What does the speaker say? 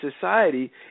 society